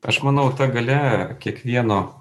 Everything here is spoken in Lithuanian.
aš manau ta galia kiekvieno